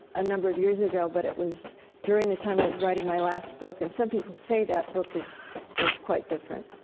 a number of years ago, but it was during the time i was writing my last book, and some people say that book is is quite different.